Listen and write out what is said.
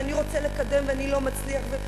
ואני רוצה לקדם ואני לא מצליח.